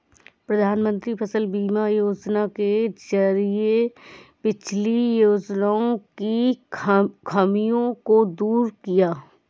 प्रधानमंत्री फसल बीमा योजना के जरिये पिछली योजनाओं की खामियों को दूर किया